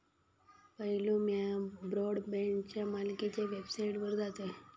पयलो म्या ब्रॉडबँडच्या मालकीच्या वेबसाइटवर जातयं